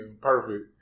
perfect